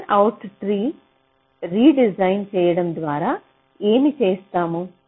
fanout tree redesign చేయడం ద్వారా ఏమి చేసాము